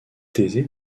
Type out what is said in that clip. thésée